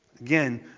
Again